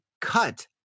cut